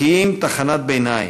כי אם תחנת ביניים.